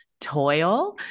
toil